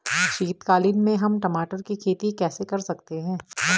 शीतकालीन में हम टमाटर की खेती कैसे कर सकते हैं?